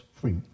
free